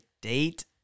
date